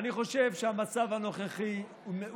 עכשיו, מה אני רוצה להגיד לך בעניין